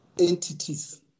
entities